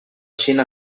xina